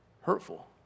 hurtful